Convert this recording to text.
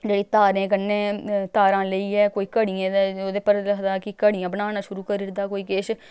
जे तारें कन्नै तारां लेइयै कोई घड़ियें दे ओह्दे पर रखदा कि घड़ियां बनाना शुरू करी ओड़दा कोई किश